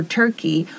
turkey